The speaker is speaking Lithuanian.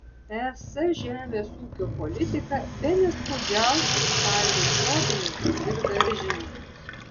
es žemės ūkio politika bene skaudžiausiai čaižo sodininkus ir daržininkus